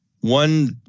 One